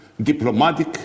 diplomatic